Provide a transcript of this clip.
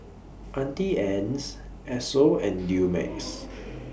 Auntie Anne's Esso and Dumex